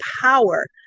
power